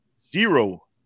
zero